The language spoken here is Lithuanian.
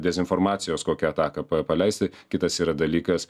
dezinformacijos kokią ataką pa paleisi kitas yra dalykas